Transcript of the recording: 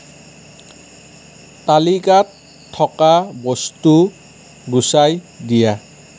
তালিকাত থকা বস্তু গুচাই দিয়া